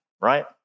right